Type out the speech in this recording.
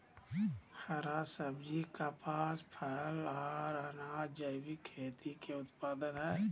हरा सब्जी, कपास, फल, आर अनाज़ जैविक खेती के उत्पाद हय